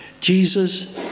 Jesus